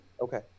okay